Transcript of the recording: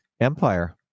Empire